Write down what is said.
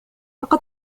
لقد